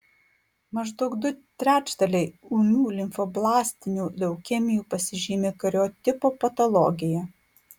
maždaug du trečdaliai ūmių limfoblastinių leukemijų pasižymi kariotipo patologija